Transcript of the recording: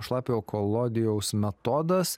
šlapiojo kolodijaus metodas